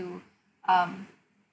to um